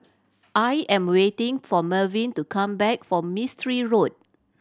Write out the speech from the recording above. I am waiting for Merwin to come back from Mistri Road